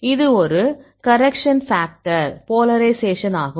இது ஒரு correction factor polarisation ஆகும்